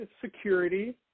security